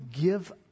give